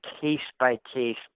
case-by-case